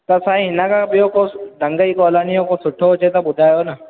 त साईं हिन खां ॿियो को सु ढंग ई कॉलोनीअ जो को सुठो हुजे त ॿुधायो न